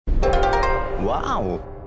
Wow